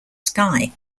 sky